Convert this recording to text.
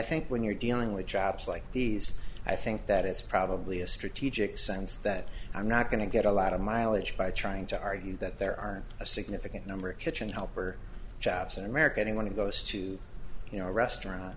think when you're dealing with chaps like these i think that it's probably a strategic sense that i'm not going to get a lot of mileage by trying to argue that there are a significant number of kitchen helper jobs in america anyone who goes to you know a restaurant